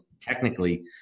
technically